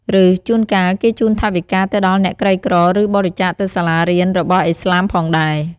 ឬ ជួនកាល គេជូនថវិកាទៅដល់អ្នកក្រីក្រ ឬ បរិច្ចាកទៅសាលារៀនរបស់ឥស្លាមផងដែរ។